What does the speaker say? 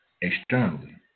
externally